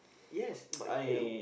yes but you